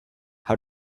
how